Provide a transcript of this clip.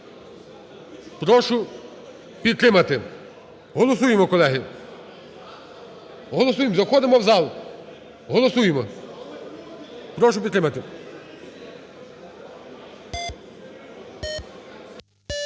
прошу підтримати. Голосуємо, колеги. Голосуємо. Заходимо в зал! Голосуємо! Прошу підтримати.